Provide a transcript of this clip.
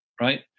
right